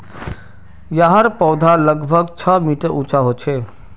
याहर पौधा लगभग छः मीटर उंचा होचे